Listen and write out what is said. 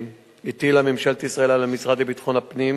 הטילה ממשלת ישראל על המשרד לביטחון הפנים